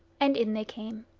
and in they came.